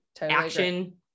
action